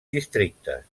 districtes